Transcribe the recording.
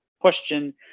question